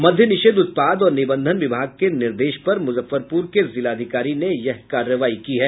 मद्य निषेध उत्पाद और निबंधन विभाग के निर्देश पर मुजफ्फरपुर के जिलाधिकारी ने यह कार्रवाई की है